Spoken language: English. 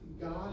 God